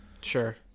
Sure